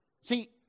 See